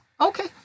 Okay